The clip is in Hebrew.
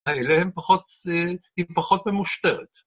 האלה הם פחות, היא פחות ממושטרת.